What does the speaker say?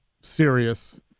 serious